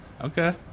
Okay